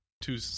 two